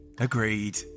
Agreed